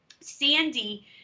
Sandy